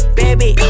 baby